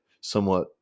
somewhat